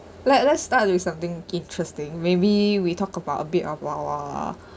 let let's start with something interesting maybe we talk about a bit of our